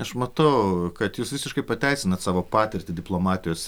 aš matau kad jūs visiškai pateisinat savo patirtį diplomatijos